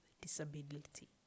disability